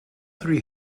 three